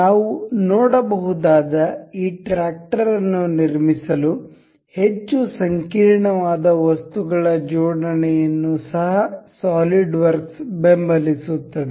ನಾವು ನೋಡಬಹುದಾದ ಈ ಟ್ರಾಕ್ಟರ್ ಅನ್ನು ನಿರ್ಮಿಸಲು ಹೆಚ್ಚು ಸಂಕೀರ್ಣವಾದ ವಸ್ತುಗಳ ಜೋಡಣೆಯನ್ನು ಸಹ ಸಾಲಿಡ್ವರ್ಕ್ಸ್ ಬೆಂಬಲಿಸುತ್ತದೆ